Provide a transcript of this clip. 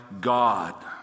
God